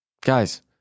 Guys